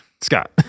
scott